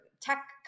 tech